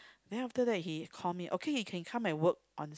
then after that he called me okay you can come and work on